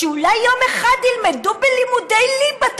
שאולי יום אחד ילמדו בלימודי ליבה,